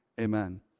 amen